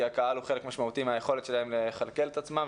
כי הקהל הוא חלק משמעותי מהיכולת שלהם לכלכל את עצמם.